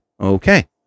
Okay